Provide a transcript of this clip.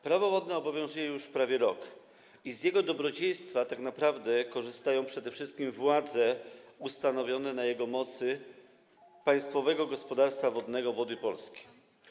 Prawo wodne obowiązuje już prawie rok i z jego dobrodziejstwa tak naprawdę korzystają przede wszystkim władze ustanowionego na jego mocy Państwowego Gospodarstwa Wodnego Wody Polskie.